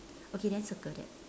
okay then circle that